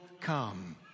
come